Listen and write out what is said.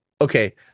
okay